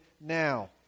now